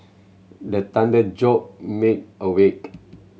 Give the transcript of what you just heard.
the thunder jolt me awake